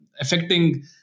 affecting